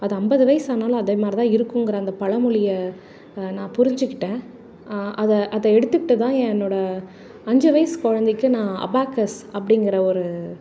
அது ஐம்பது வயது ஆனாலும் அதேமாதிரி தான் இருக்கும்கிற அந்த பழமொலிய நான் புரிஞ்சுக்கிட்டேன் அதை அதை எடுத்துக்கிட்டு தான் என்னோடய அஞ்சு வயசு குழந்தைக்கு நான் அபாகஸ் அப்படிங்கிற ஒரு